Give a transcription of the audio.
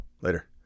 Later